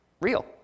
real